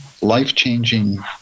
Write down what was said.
life-changing